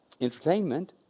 entertainment